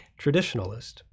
traditionalist